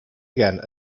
again